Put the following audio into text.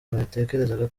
natekerezaga